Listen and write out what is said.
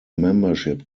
membership